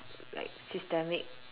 like systemic